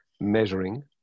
measuring